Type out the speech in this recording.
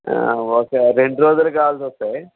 ఒక రెండు రోజులు కాల్స్ వస్తాయి